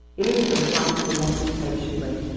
elizabeth laughed somewhat impatiently.